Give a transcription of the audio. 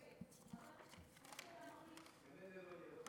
אני מסתפקת, ממילא לא יהיה,